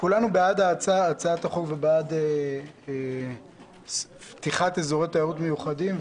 כולנו בעד הצעת החוק ובעד פתיחת אזורי תיירות מיוחדים,